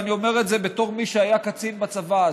ואני אומר את זה בתור מי שהיה קצין בצבא הזה: